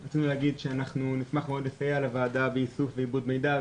רצינו להגיד שאנחנו נשמח מאוד לסייע לוועדה באיסוף ועיבוד מידע,